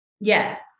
Yes